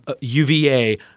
UVA